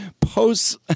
posts